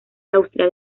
austria